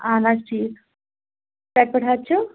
اَہن حظ ٹھیٖک کَتہِ پٮ۪ٹھ حظ چھِو